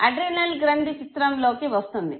adrenal గ్రంథి చిత్రంలోకి వస్తుంది